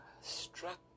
struck